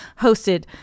hosted